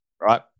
Right